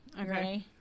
Okay